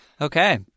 Okay